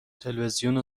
تلویزیون